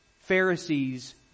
Pharisees